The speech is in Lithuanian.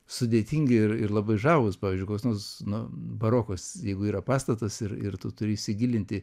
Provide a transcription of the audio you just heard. sudėtingi ir ir labai žavūs pavyzdžiui koks nors na barokas jeigu yra pastatas ir ir tu turi įsigilinti